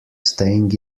staying